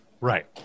right